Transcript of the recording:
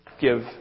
give